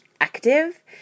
active